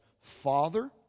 Father